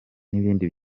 n’ibindi